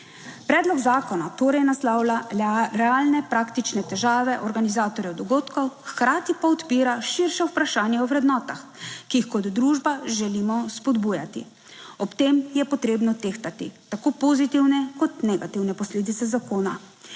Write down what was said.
Predlog zakona torej naslavlja realne praktične težave organizatorjev dogodkov, hkrati pa odpira širša vprašanja o vrednotah, ki jih kot družba želimo spodbujati. Ob tem je potrebno tehtati tako pozitivne kot negativne posledice zakona.